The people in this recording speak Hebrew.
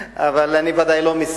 אבל אני פה ואני התכוונתי להגן עליך.